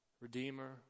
redeemer